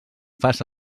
fas